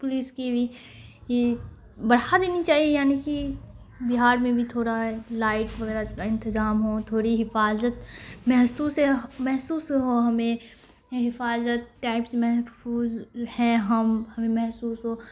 police کی بھی یہ بڑھا دینی چاہیے یعنی کہ بہار میں بھی تھوڑا لائٹ وغیرہ انتظام ہو تھوڑی حفاظت محسوس محسوس ہو ہمیں حفاظت ٹائپ سے محفوظ ہیں ہم ہمیں محسوس ہو